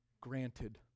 granted